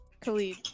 Khalid